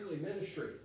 ministry